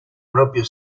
proprio